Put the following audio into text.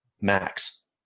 max